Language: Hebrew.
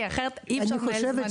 כי אחרת אי אפשר לנהל זמנים.